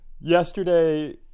Yesterday